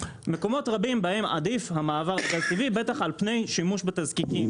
מקומות רבים בהם עדיף המעבר לגז טבעי בטח על פני שימוש בתזקיקים.